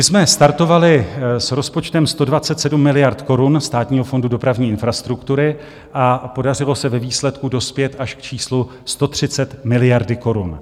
My jsme startovali s rozpočtem 127 miliard korun Státního fondu dopravní infrastruktury a podařilo se ve výsledku dospět až k číslu 130 miliard korun.